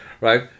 Right